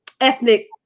ethnic